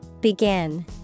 Begin